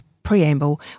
Preamble